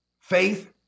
faith